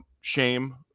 shame